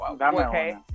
okay